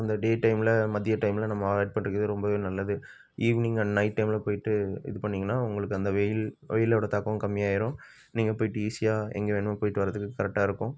அந்த டே டைமில் மதிய டைமில் நம்ம அவாய்ட் பண்ணுறது ரொம்பவே நல்லது ஈவினிங் அண்ட் நைட் டைமில் போய்விட்டு இது பண்ணீங்கன்னால் உங்களுக்கு அந்த வெயில் வெயிலோடய தாக்கம் கம்மியாகிரும் நீங்கள் போய்விட்டு ஈஸியாக எங்கே வேணுமோ போய்விட்டு வர்றதுக்குக் கரெக்டாக இருக்கும்